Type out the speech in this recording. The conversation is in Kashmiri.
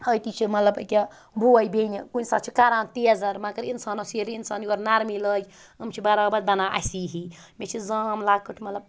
أتی چھِ مَطلَب أکیا بوے بٮ۪نہِ کُنہِ ساتہٕ چھِ کَران تیزَر مگر اِنسانَس ییٚلہِ اِنسان یور نَرمی لاگہِ یِم چھِ بَرابر بَنان اَسی ہی مےٚ چھِ زام لۄکٕٹۍ مَطلَب